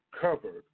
covered